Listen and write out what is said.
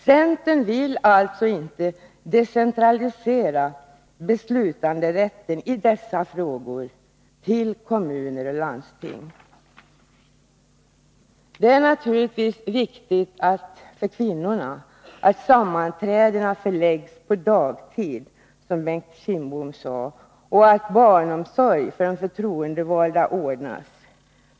Centern vill alltså inte decentralisera beslutanderätten i dessa frågor till kommuner och landsting. Det är naturligtvis viktigt för kvinnorna att sammanträdena förläggs på dagtid, som Bengt Kindbom sade, och att barnomsorg för förtroendevalda ordnas.